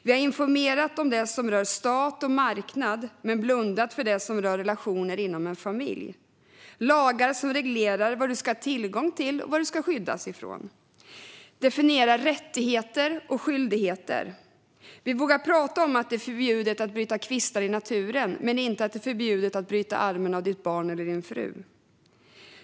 Vi har informerat om det som rör stat och marknad men blundat för det som rör relationer inom en familj och lagar som reglerar vad du ska ha tillgång till och vad du ska skyddas från och definierar rättigheter och skyldigheter. Vi vågar prata om att det är förbjudet att bryta kvistar i naturen men inte om att det är förbjudet att bryta armen på ditt barn eller din fru.